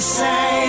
say